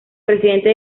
presidente